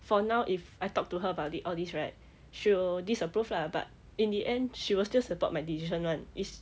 for now if I talk to her about it all these right she will disapprove lah but in the end she will still support my decision [one] is